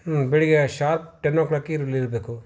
ಹ್ಞೂ ಬೆಳಗ್ಗೆ sharp ten ಒ ಕ್ಲಾಕಿಗೆ ನೀವು ಇಲ್ಲಿರಬೇಕು